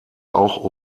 auch